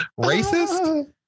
Racist